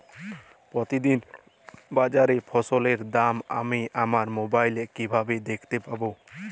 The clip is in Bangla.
প্রতিদিন বাজারে ফসলের দাম আমি আমার মোবাইলে কিভাবে দেখতে পাব?